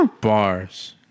Bars